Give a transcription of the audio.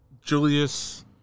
Julius